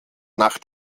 nach